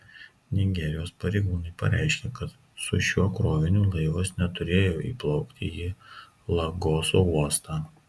nigerijos pareigūnai pareiškė kad su šiuo kroviniu laivas neturėjo įplaukti į lagoso uostą